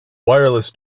wireless